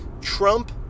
Trump